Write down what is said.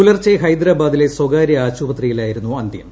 പുലർച്ചെ ഹൈദരാബാദിലെ സ്വകാരൃ ആശുപത്രിയിലായിരുന്നു അന്തൃം